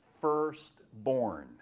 firstborn